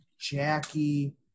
Jackie